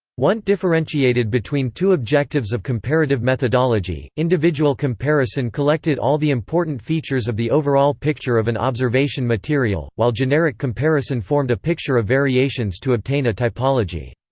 wundt differentiated between two objectives of comparative methodology individual comparison collected all the important features of the overall picture of an observation material, while generic comparison formed a picture of variations to obtain a typology.